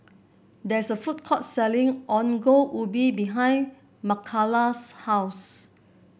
there is a food court selling Ongol Ubi behind Mckayla's house